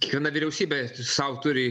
kiekviena vyriausybė sau turi